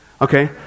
Okay